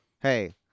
hey